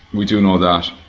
we do know that.